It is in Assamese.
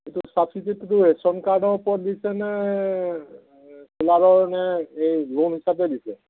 এইটো ছাবচিডিটো ৰেচন কাৰ্ডৰ ওপৰত দিছে নে ছোলাৰৰ নে এই লোণ হিচাপে দিছে